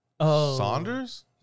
Saunders